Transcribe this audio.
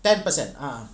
ten percent ah